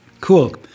Cool